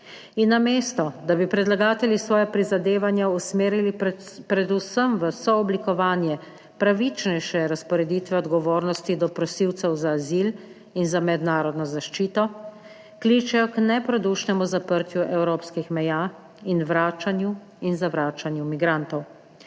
In namesto, da bi predlagatelji svoja prizadevanja usmerili predvsem v sooblikovanje pravičnejše razporeditve odgovornosti do prosilcev za azil in za mednarodno zaščito kličejo k nepredušnemu zaprtju evropskih meja in vračanju in zavračanju migrantov.